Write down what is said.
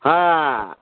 हां